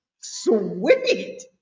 Sweet